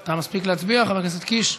אתה מספיק להצביע, חבר הכנסת קיש?